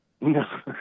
No